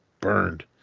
burned